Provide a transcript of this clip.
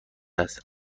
است